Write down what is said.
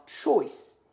choice